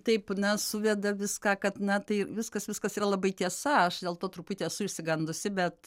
taip na suveda viską kad na tai viskas viskas yra labai tiesa aš dėl to truputį esu išsigandusi bet